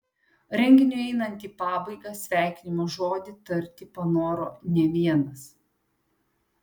renginiui einant į pabaigą sveikinimo žodį tarti panoro ne vienas